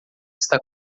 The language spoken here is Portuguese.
está